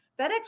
fedex